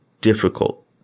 difficult